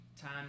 time